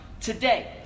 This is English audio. today